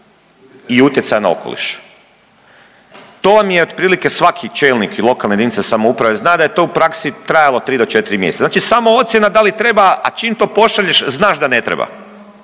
i utjecaja na okoliš, to vam je otprilike svaki čelnik i lokalne jedinice samouprave zna da je to u praksi trajalo tri do četri mjeseca, dakle samo ocjena da li treba, a čim to pošalješ znaš da ne treba,